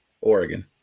Oregon